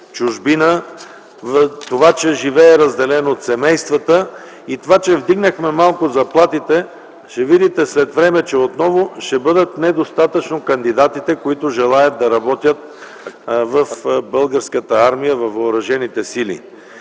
чужбина. Това, че живее разделен от семейството. И това, че вдигнахме малко заплатите, ще видите след време, че отново ще бъдат недостатъчно кандидатите, които желаят да работят в Българската армия, във въоръжените сили.